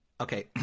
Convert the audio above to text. Okay